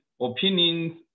opinions